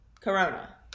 Corona